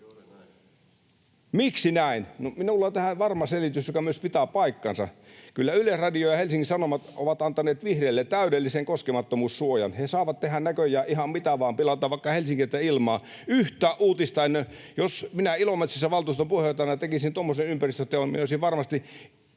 Miksi näin? Minulla on tähän varma selitys, joka myös pitää paikkansa. Kyllä Yleisradio ja Helsingin Sanomat ovat antaneet vihreille täydellisen koskemattomuussuojan. He saavat tehdä näköjään ihan mitä vaan, pilata vaikka helsinkiläisten ilmaa, yhtään uutista en ole... Jos minä Ilomantsissa valtuuston puheenjohtajana tekisin tuommoisen ympäristöteon, olisin varmasti